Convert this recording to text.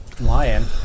lion